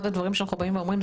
אחד הדברים שאנחנו באים ואומרים,